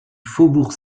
faubourg